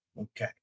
Okay